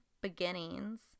beginnings